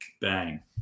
bang